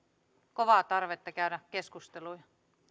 kovaa tarvetta käydä keskustelua